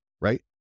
Right